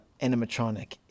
animatronic